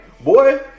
Boy